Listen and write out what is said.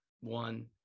one